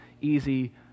easy